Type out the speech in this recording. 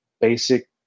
basic